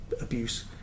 abuse